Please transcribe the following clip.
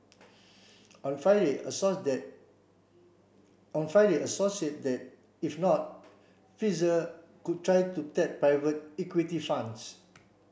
on Friday a source that on Friday a source said that if not Pfizer could try to tap private equity funds